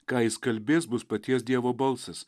ką jis kalbės bus paties dievo balsas